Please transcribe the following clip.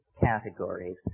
categories